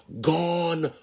gone